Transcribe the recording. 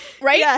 Right